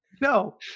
no